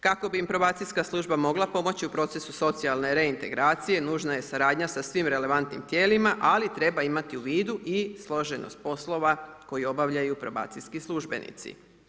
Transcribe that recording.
Kako bi im probacijska služba mogla pomoći u procesu socijalne reintegracije, nužna je suradnja sa svim relevantnim tijelima, ali treba imati u vidu i složenost poslova koji obavljaju probacijski službenici.